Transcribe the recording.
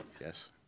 yes